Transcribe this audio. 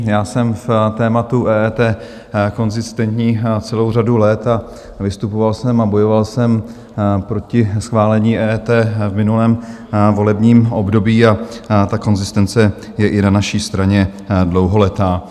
Já jsem v tématu EET konzistentní celou řadu let a vystupoval jsem a bojoval jsem proti schválení EET v minulém volebním období a ta konzistence je i na naší straně dlouholetá.